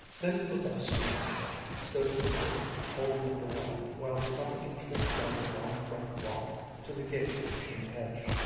then professor marshall stood at the door holding up a lamp while the company trooped down the long front walk to the gate in the hedge,